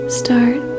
start